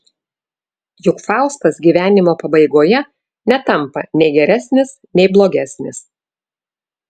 juk faustas gyvenimo pabaigoje netampa nei geresnis nei blogesnis